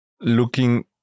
looking